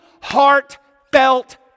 heartfelt